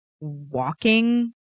walking